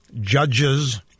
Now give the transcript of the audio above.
judges